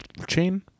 Chain